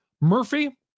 Murphy